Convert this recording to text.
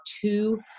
two